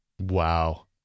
Wow